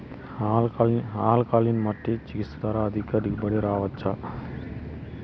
alkaline మట్టి చికిత్స ద్వారా అధిక దిగుబడి రాబట్టొచ్చా